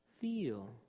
feel